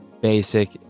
basic